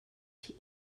tea